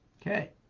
okay